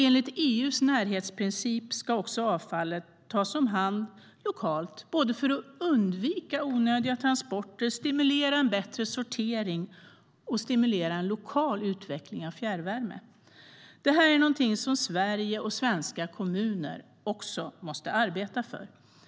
Enligt EU:s närhetsprincip ska avfallet tas om hand lokalt för att undvika onödiga transporter och stimulera bättre sortering och lokal utveckling av fjärrvärme. Detta är något som Sverige och svenska kommuner måste arbeta för.